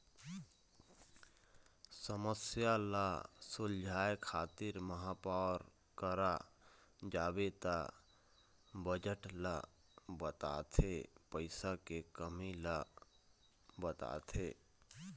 समस्या ल सुलझाए खातिर महापौर करा जाबे त बजट ल बताथे पइसा के कमी ल बताथे